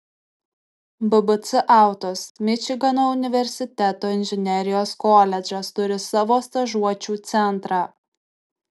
bbc autos mičigano universiteto inžinerijos koledžas turi savo stažuočių centrą